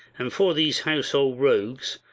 and for these household-rogues,